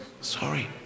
Sorry